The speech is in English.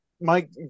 Mike